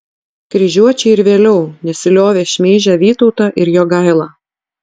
kryžiuočiai ir vėliau nesiliovė šmeižę vytautą ir jogailą